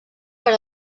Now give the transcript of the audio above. per